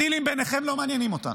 הדילים ביניכם לא מעניינים אותנו.